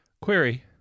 Query